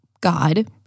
God